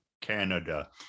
Canada